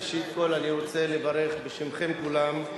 ראשית כול, אני רוצה לברך בשמכם, כולכם,